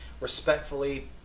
respectfully